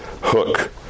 hook